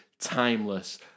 timeless